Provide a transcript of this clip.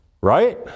right